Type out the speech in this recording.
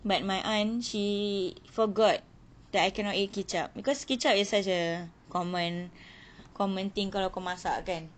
but my aunt she forgot that I cannot eat kicap because kicap is such a common common thing kalau kau masak kan